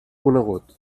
conegut